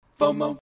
FOMO